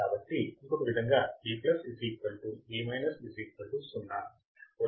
కాబట్టి ఇంకొక విధముగా V V 0 అది కూడా నిజమే